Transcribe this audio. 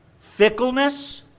fickleness